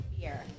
beer